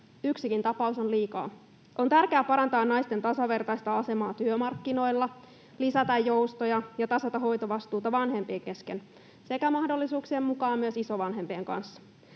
Yksikin tapaus on liikaa. On tärkeää parantaa naisten tasavertaista asemaa työmarkkinoilla, lisätä joustoja ja tasata hoitovastuuta vanhempien kesken sekä mahdollisuuksien mukaan myös isovanhempien kanssa.